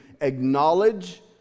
acknowledge